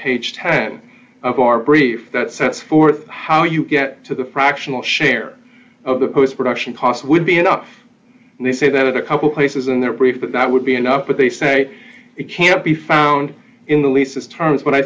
page ten of our brief that sets forth how you get to the fractional share of the post production cost would be enough and they say that a couple places in their brief that that would be enough but they say it can't be found in the leases terms but i